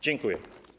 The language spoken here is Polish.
Dziękuję.